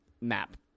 map